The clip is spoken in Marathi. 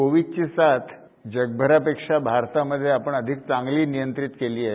कोविडची साथ जगभरापेक्षा भारतामध्ये आपण अधिक चांगली नियंत्रित केली आहे